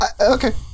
Okay